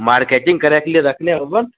marketing करयके लिए रखने होबहो ने